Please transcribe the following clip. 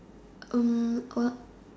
erm what